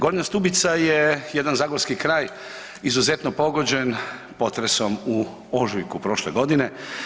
Gornja Stubica je jedan zagorski kraj izuzetno pogođen potresom u ožujku prošle godine.